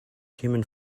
human